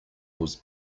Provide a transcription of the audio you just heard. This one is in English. was